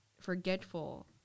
forgetful